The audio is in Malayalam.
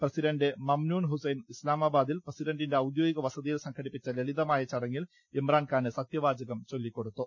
പ്രസിഡന്റ് മംനൂൺ ഹുസൈൻ ഇസ്ലാമാബാദിൽ പ്രസിഡന്റിന്റെ ഔദ്യോഗികവസതീയിൽ സംഘടിപ്പിച്ച ലളിതമായ ചടങ്ങിൽ ഇമ്രാൻഖാന് സത്യവാചകം ചൊല്ലിക്കൊടുത്തു